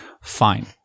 Fine